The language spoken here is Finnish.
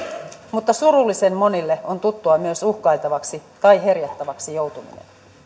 mutta surullisen monille on tuttua myös uhkailtavaksi tai herjattavaksi joutuminen